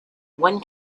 one